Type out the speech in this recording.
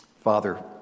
Father